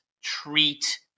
treat